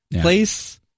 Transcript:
Place